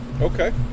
Okay